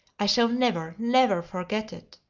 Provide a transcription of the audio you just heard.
i shall never, never forget it,